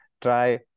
try